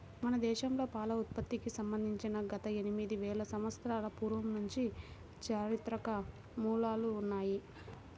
మన దేశంలో పాల ఉత్పత్తికి సంబంధించి గత ఎనిమిది వేల సంవత్సరాల పూర్వం నుంచి చారిత్రక మూలాలు ఉన్నాయి